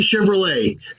Chevrolet